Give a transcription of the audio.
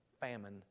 famine